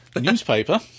Newspaper